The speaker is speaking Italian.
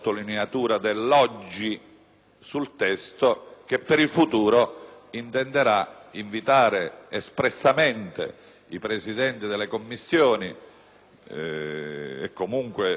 sul testo, che per il futuro intenderà invitare espressamente i Presidenti delle Commissioni (e comunque l'Assemblea)